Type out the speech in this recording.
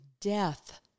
death